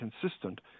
consistent